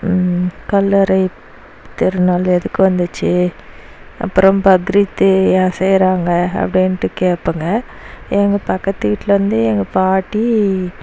கல்லறை திருநாள் எதுக்கு வந்துச்சு அப்புறம் பக்ரீத் ஏன் செய்கிறாங்க அப்படின்ட்டு கேப்பேங்க எங்கள் பக்கத்து வீட்லருந்து எங்கள் பாட்டி